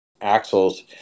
axles